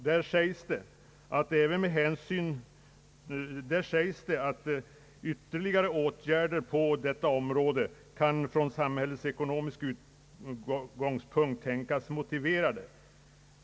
Där sades att ytterligare åtgärder på detta område »kan från samhällsekonomisk utgångspunkt tänkas vara motiverade.